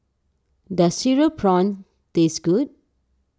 does Cereal Prawns taste good